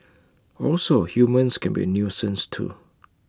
also humans can be A nuisance too